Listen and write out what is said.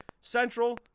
central